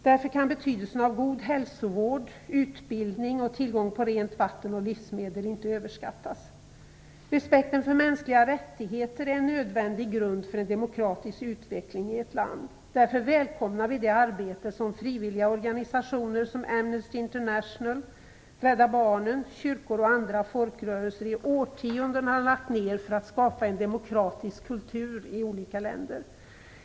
Därför kan betydelsen av god hälsovård, utbildning, tillgång på rent vatten och livsmedel inte överskattas. Respekten för mänskliga rättigheter är en nödvändig grund för en demokratisk utveckling i ett land. Därför välkomnar vi det arbete som frivilliga organisationer som Amnesty International, Rädda Barnen, kyrkor och andra folkrörelser i årtionden har lagt ned för att skapa en demokratisk kultur i olika länder.